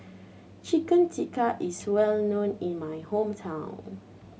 Chicken Tikka is well known in my hometown